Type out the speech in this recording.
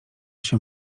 się